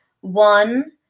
one